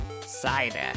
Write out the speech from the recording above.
cider